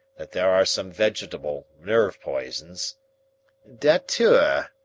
that there are some vegetable nerve poisons datura,